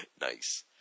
Nice